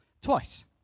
Twice